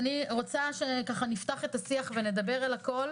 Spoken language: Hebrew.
אני רוצה שנפתח את השיח ונדבר על הכול.